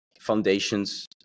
foundations